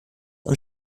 und